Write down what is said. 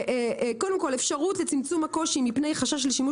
קודם כל: אפשרות לצמצום הקושי מפני חשש של שימוש